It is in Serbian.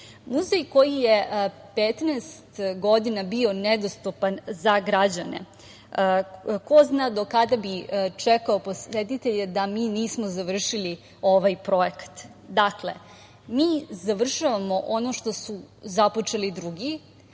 koji je 15 godina bio nedostupan za građane ko zna do kada bi čekao posetitelje da mi nismo završili ovaj projekat. Dakle, mi završavamo ono što su započeli drugi,